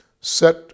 set